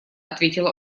ответила